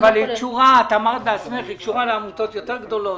אבל אמרת בעצמך שהיא קשורה לעמותות יותר גדולות.